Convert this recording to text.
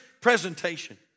presentation